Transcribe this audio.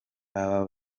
baba